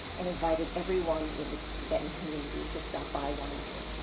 and invited everyone in the tibetan community to stop by one evening.